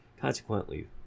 consequently